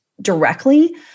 directly